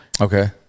Okay